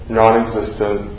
non-existent